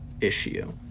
issue